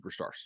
superstars